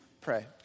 pray